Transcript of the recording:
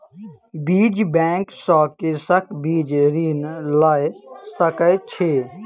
बीज बैंक सॅ कृषक बीज ऋण लय सकैत अछि